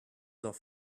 off